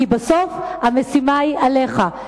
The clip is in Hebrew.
כי בסוף המשימה היא עליך,